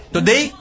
Today